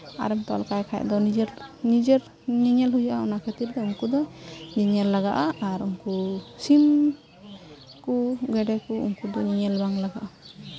ᱟᱨᱮᱢ ᱛᱚᱞ ᱠᱟᱭ ᱠᱷᱟᱡ ᱫᱚ ᱱᱤᱡᱮᱨ ᱱᱤᱡᱮᱨ ᱧᱮᱧᱮᱞ ᱦᱩᱭᱩᱜᱼᱟ ᱚᱱᱟ ᱠᱷᱟᱹᱛᱤᱨ ᱛᱮ ᱩᱱᱠᱩ ᱫᱚ ᱧᱮᱧᱮᱞ ᱞᱟᱜᱟᱜᱼᱟ ᱟᱨ ᱩᱱᱠᱩ ᱥᱤᱢ ᱠᱚ ᱜᱮᱰᱮ ᱠᱚ ᱩᱱᱠᱩ ᱫᱚ ᱧᱮᱧᱮᱞ ᱵᱟᱝ ᱞᱟᱜᱟᱜᱼᱟ